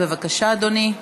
בבקשה, אדוני.